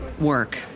work